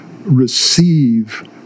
receive